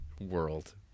world